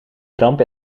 kramp